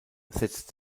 setzt